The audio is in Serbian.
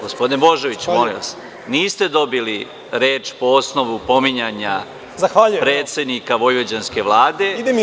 Gospodine Božoviću, molim vas, niste dobili reč po osnovu pominjanja predsednika vojvođanske Vlade.